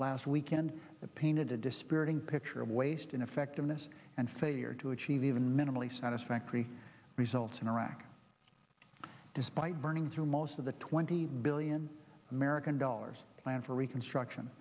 last weekend that painted a dispiriting picture of waste ineffectiveness and failure to achieve even minimally satisfactory results in iraq despite burning through most of the twenty billion american dollars plan for reconstruction